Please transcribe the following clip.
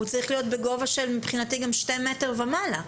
הוא צריך להיות בגובה, מבחינתי גם 2 מטרים ומעלה.